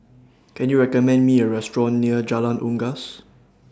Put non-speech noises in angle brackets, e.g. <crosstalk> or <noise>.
Can YOU recommend Me A Restaurant near Jalan Unggas <noise>